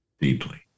deeply